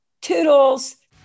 toodles